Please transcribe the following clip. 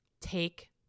take